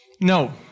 No